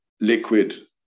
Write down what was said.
Liquid